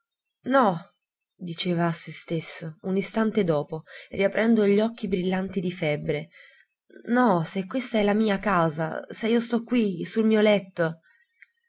no diceva a se stesso un istante dopo riaprendo gli occhi brillanti di febbre no se questa è la mia casa se io sto qui sul mio letto